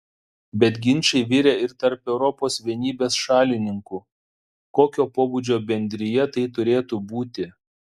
bet ginčai virė ir tarp europos vienybės šalininkų kokio pobūdžio bendrija tai turėtų būti